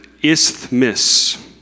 isthmus